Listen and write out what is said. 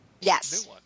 Yes